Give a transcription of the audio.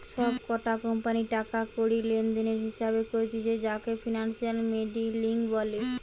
সব কটা কোম্পানির টাকা কড়ি লেনদেনের হিসেবে করতিছে যাকে ফিনান্সিয়াল মডেলিং বলে